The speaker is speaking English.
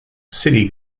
city